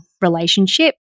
relationship